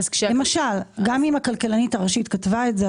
גם אם הכלכלנית הראשית כתבה את זה,